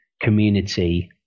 community